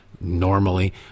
normally